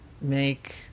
make